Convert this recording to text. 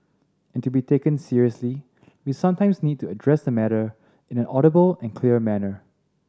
and to be taken seriously we sometimes need to address the matter in an audible and clear manner